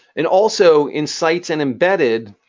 and also, in sites and embedded,